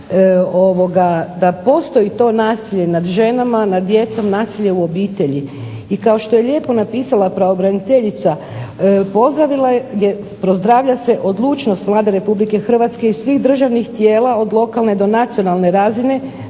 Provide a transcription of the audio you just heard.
da postoji to nasilje nad ženama, nad djecom, nasilje u obitelji. I kao što je lijepo napisala pravobraniteljica pozdravlja se odlučnost Vlade Republike Hrvatske i svih državnih tijela od lokalne do nacionalne razine,